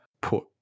put